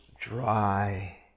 dry